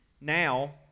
now